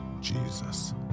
Jesus